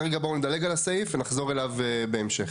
כרגע בואו נדלג על הסעיף ונחזור אליו בהמשך.